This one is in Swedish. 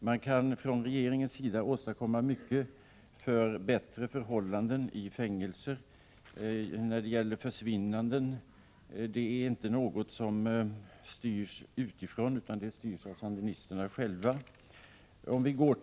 Man kan från regeringens sida åstadkomma bättre förhållanden i fängelser och när det gäller försvinnanden. Det är inte något som styrs utifrån, utan det styrs av sandinisterna själva.